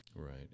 Right